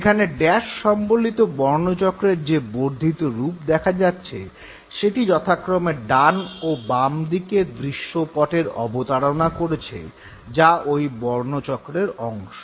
এখানে ড্যাশ সম্বলিত বর্ণচক্রের যে বর্ধিত রূপ দেখা যাচ্ছে সেটি যথাক্রমে ডান ও বামদিকের দৃশ্যপটের অবতারণা করেছে যা ঐ বর্ণচক্রের অংশ